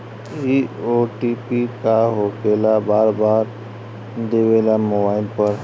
इ ओ.टी.पी का होकेला बार बार देवेला मोबाइल पर?